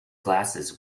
glasses